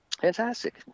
fantastic